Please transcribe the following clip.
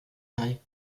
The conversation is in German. sei